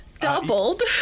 Doubled